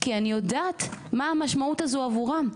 כי אני יודעת מה המשמעות הזו עבורם,